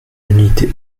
unité